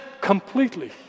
completely